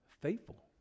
faithful